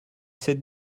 cette